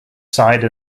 side